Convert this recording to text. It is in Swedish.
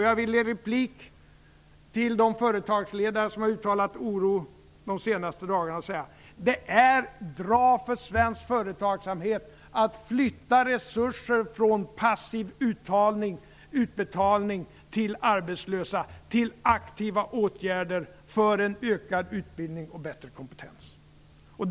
Jag vill i replik till de företagsledare som har uttalat oro under de senaste dagarna säga: Det är bra för svensk företagsamhet att man flyttar resurser från passiv utbetalning till arbetslösa till aktiva åtgärder för en ökad utbildning och bättre kompetens.